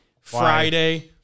Friday